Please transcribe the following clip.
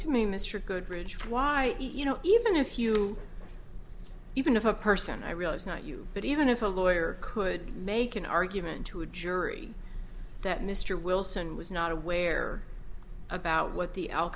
to me mr goodridge why you know even if you even if a person i realize not you but even if a lawyer could make an argument to a jury that mr wilson was not aware about what the al